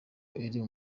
ariwo